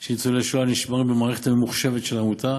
של ניצולי שואה הנשמרים במערכת הממוחשבת של העמותה.